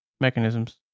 mechanisms